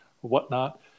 whatnot